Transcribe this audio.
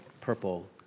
purple